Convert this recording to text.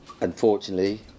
Unfortunately